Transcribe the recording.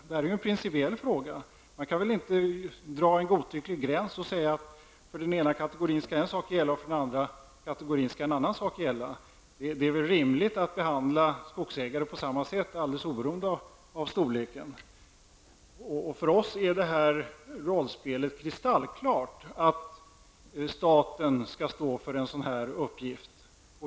Detta är en principiell fråga. Man kan väl inte dra en godtycklig gräns och säga att för den ena kategorin skall en sak gälla och för den andra en annan. Det är väl rimligt att behandla skogsägare på samma sätt, alldeles oberoende av storleken. För oss är det här rollspelet kristallklart; det är staten som skall stå för en sådan här uppgift.